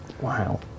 Wow